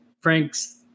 Frank's